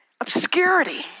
Obscurity